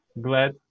glad